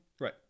Right